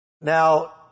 Now